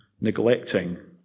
neglecting